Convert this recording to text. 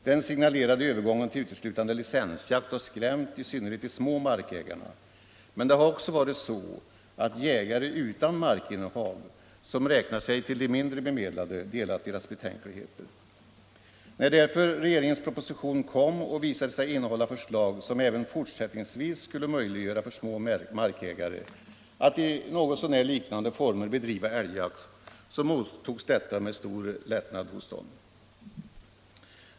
Den signalerade övergången till uteslutande licensjakt har skrämt i synnerhet de små markägarna, men också jägare utan markinnehav, som räknar sig till de mindre bemedlade, har delat deras betänkligheter. När därför regeringens proposition kom och visade sig innehålla förslag som även fortsättningsvis skulle möjliggöra för små markägare att i något så när liknande former bedriva älgjakt, mottogs detta med stor lättnad hos dem.